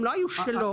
הן לא היו שלו,